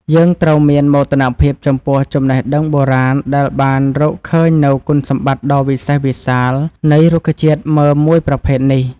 យើងត្រូវមានមោទនភាពចំពោះចំណេះដឹងបុរាណដែលបានរកឃើញនូវគុណសម្បត្តិដ៏វិសេសវិសាលនៃរុក្ខជាតិមើមមួយប្រភេទនេះ។